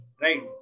right